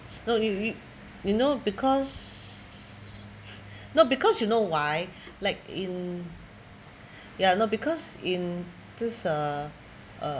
no you you you know because no because you know why like in ya no because in this uh